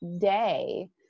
day